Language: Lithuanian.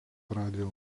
radijo